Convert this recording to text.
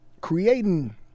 Creating